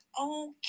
Okay